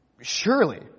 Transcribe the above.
Surely